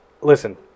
listen